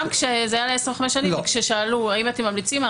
גם כשזה היה לעשר או חמש שנים כששאלו האם אתם ממליצים,